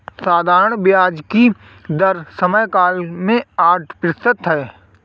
साधारण ब्याज की दर समयकाल में आठ प्रतिशत है